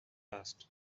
asked